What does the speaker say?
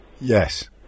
Yes